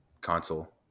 console